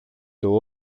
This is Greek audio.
του